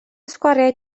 sgwariau